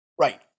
Right